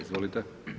Izvolite.